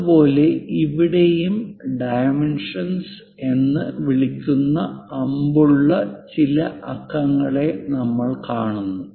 അതുപോലെ ഇവിടെയും ഡൈമെൻഷെൻ എന്ന് വിളിക്കുന്ന അമ്പുകളുള്ള ചില അക്കങ്ങളെ നമ്മൾ കാണുന്നു